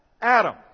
Adam